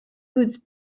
woods